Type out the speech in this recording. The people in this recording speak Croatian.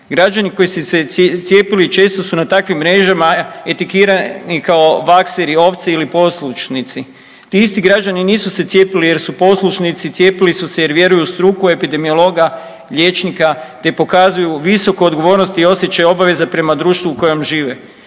Građani koji su se cijepili često su na takvim mrežama etiketirani kao vakseri, ovce ili poslušnici. Ti isti građani nisu se cijepili jer su poslušnici, cijepili su se jer vjeruju u struku, u epidemiologa, liječnika, te pokazuju visoku odgovornost i osjećaj obaveze prema društvu u kojem žive.